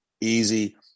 easy